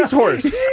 horse?